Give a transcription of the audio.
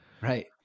Right